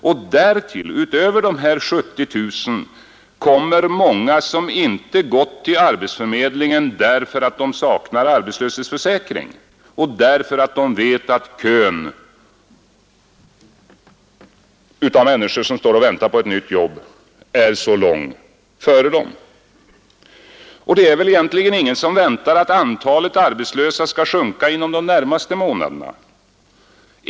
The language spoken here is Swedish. Och därtill kommer — utöver dessa 70 000 — många som inte gått till arbetsförmedlingen därför att de saknar arbetslöshetsförsäkring och därför att de vet att kön av människor som står och väntar på ett nytt jobb är så lång före dem. Det är väl egentligen ingen som väntar att antalet arbetslösa skall sjunka inom de närmaste månaderna.